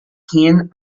féin